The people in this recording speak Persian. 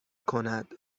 کند